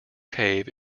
cave